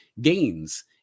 gains